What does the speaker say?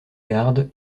gardes